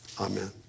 amen